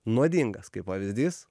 nuodingas kaip pavyzdys